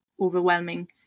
overwhelming